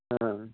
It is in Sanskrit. हा